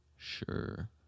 Sure